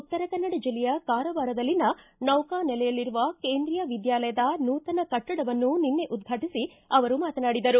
ಉತ್ತರ ಕನ್ನಡ ಜಿಲ್ಲೆಯ ಕಾರವಾರದಲ್ಲಿನ ನೌಕಾನೆಲೆಯಲ್ಲಿರುವ ಕೇಂದ್ರೀಯ ವಿದ್ಯಾಲಯದ ನೂತನ ಕಟ್ಟಡ ನಿನ್ನೆ ಉದ್ವಾಟಿಸಿ ಅವರು ಮಾತನಾಡಿದರು